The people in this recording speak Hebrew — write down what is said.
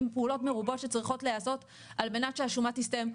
יש פעולות מרובות שצריכות להיעשות על מנת שהשומה תסתיים.